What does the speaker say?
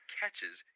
catches